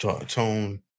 Tone